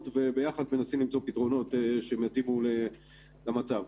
וביחד מנסים למצוא פתרונות שייטיבו למצב.